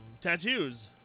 Tattoos